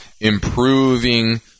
improving